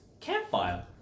Campfire